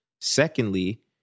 Secondly